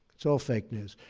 it's all fake news.